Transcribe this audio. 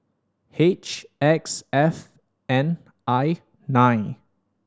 H X F N I nine